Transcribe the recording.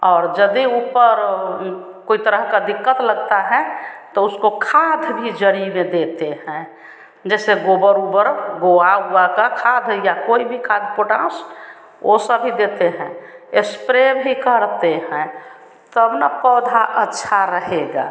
और यदि ऊपर कोई तरह की दिक्कत लगती है तो उसको खाद भी जड़ी में देते हैं जैसे गोबर उबर गोवा ओवा का खाद हो या कोई भी खाद पोटाश वह सब भी देते हैं एस्प्रे भी करते हैं तब न पौधा अच्छा रहेगा